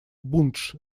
бундж